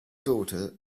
daughter